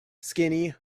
skinny